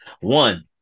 One